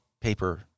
paper